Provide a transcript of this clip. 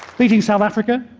beating south africa,